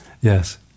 yes